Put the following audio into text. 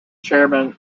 chairman